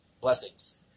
blessings